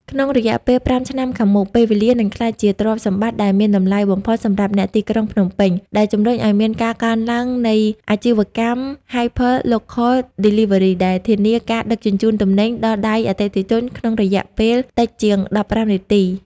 ក្នុងរយៈពេល ៥ ឆ្នាំខាងមុខ ពេលវេលានឹងក្លាយជាទ្រព្យសម្បត្តិដែលមានតម្លៃបំផុតសម្រាប់អ្នកទីក្រុងភ្នំពេញ ដែលជម្រុញឱ្យមានការកើនឡើងនៃអាជីវកម្ម "Hyper-local delivery" ដែលធានាការដឹកជញ្ជូនទំនិញដល់ដៃអតិថិជនក្នុងរយៈពេលតិចជាង ១៥ នាទី។